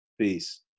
Peace